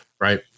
right